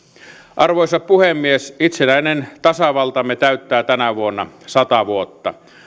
arvoisa puhemies itsenäinen tasavaltamme täyttää tänä vuonna sata vuotta